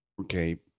okay